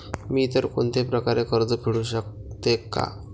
मी इतर कोणत्याही प्रकारे कर्ज फेडू शकते का?